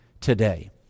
today